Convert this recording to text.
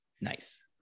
Nice